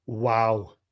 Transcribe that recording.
Wow